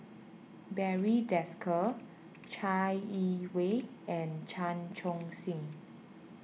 Barry Desker Chai Yee Wei and Chan Chun Sing